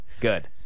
Good